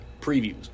previews